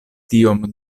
tion